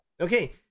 Okay